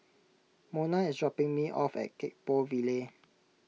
Monna is dropping me off at Gek Poh Ville